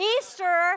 Easter